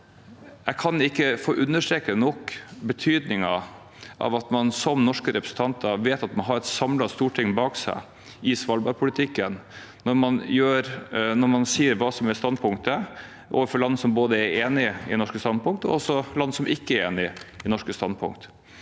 Jeg kan ikke få understreke betydningen nok av at man som norske representanter vet at man har et samlet storting bak seg i svalbardpolitikken når man sier hva som er standpunktet – overfor både land som er enig i norsk standpunkt, og land som ikke er enig i norsk standpunkt.